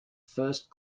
first